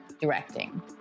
directing